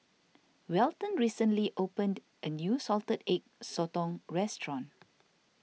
Welton recently opened a new Salted Egg Sotong restaurant